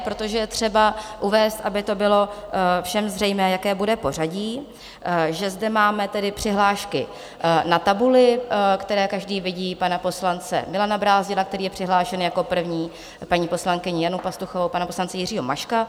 Protože je třeba uvést, aby to bylo všem zřejmé, jaké bude pořadí, že zde máme tedy přihlášky na tabuli, které každý vidí, pana poslance Milana Brázdila, který je přihlášen jako první, paní poslankyni Janu Pastuchovou, pana poslance Jiřího Maška.